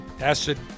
Acid